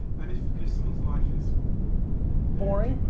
and if someone's life is boring?